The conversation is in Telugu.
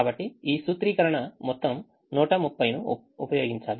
కాబట్టి ఈ సూత్రీకరణ మొత్తం 130 ను ఉపయోగించాలి